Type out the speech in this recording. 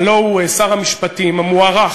הלוא הוא שר המשפטים המוערך